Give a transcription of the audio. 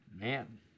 Man